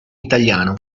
italiano